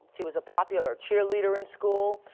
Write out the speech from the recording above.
she was a popular cheerleader in school,